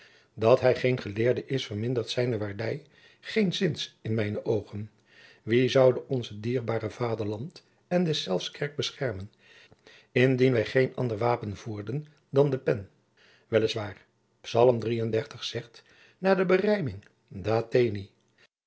dat hij geen geleerde is vermindert zijne waardij geenszins in mijne oogen wie zoude ons dierbare vaderland en deszelfs kerk beschermen indien wij geen ander wapen voerden dan de pen wel is waar al hem zegt naar de berijming